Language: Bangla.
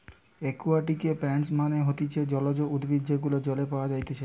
একুয়াটিকে প্লান্টস মানে হতিছে জলজ উদ্ভিদ যেগুলো জলে পাওয়া যাইতেছে